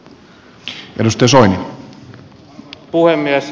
arvoisa puhemies